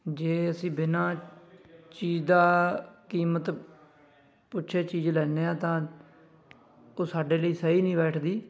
ਜੇ ਅਸੀਂ ਬਿਨਾਂ ਚੀਜ਼ ਦਾ ਕੀਮਤ ਪੁੱਛੇ ਚੀਜ਼ ਲੈਂਦੇ ਹਾਂ ਤਾਂ ਉਹ ਸਾਡੇ ਲਈ ਸਹੀ ਨਹੀਂ ਬੈਠਦੀ